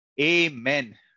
Amen